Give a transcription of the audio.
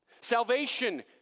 Salvation